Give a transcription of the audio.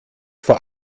vor